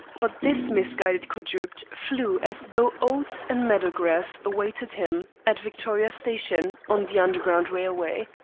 but this misguided quadruped flew as though oats and meadow-grass awaited him at victoria station on the underground railway.